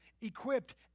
equipped